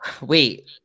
wait